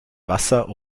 wasser